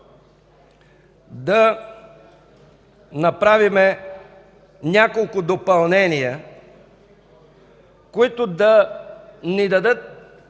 да направим няколко допълнения, които да ни дадат